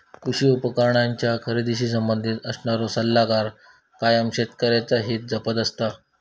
कृषी उपकरणांच्या खरेदीशी संबंधित असणारो सल्लागार कायम शेतकऱ्यांचा हित जपत असता